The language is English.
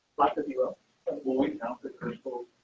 lots of the world without the crucible.